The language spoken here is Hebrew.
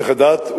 צריך לדעת,